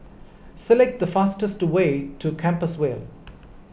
select the fastest way to Compassvale